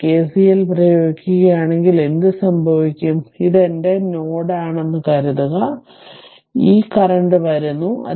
ഇവിടെ കെസിഎൽ പ്രയോഗിക്കുകയാണെങ്കിൽ എന്ത് സംഭവിക്കും ഇത് എന്റെ ഈ നോഡ് ആണെന്ന് കരുതുക ഈ കറന്റ് വരുന്നു